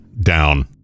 Down